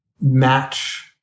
match